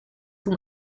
zum